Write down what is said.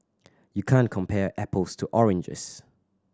you can't compare apples to oranges